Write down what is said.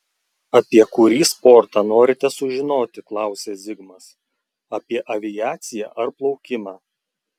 apie kurį sportą norite sužinoti klausia zigmas apie aviaciją ar plaukimą